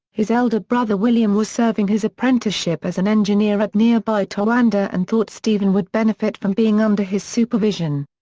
his elder brother william was serving his apprenticeship as an engineer at nearby towanda and thought stephen would benefit from being under his supervision.